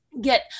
get